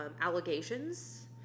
allegations